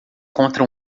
contra